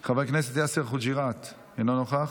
חבר הכנסת ווליד טאהא, אינו נוכח,